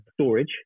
storage